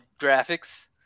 graphics